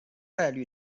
概率